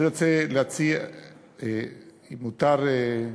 אם מותר,